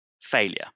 failure